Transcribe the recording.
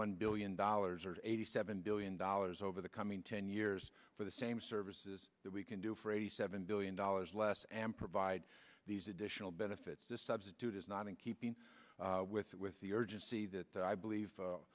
one billion dollars or eighty seven billion dollars over the coming ten years for the same services that we can do for eighty seven billion dollars less and provide these additional benefits to substitute is not in keeping with with the urgency that i believe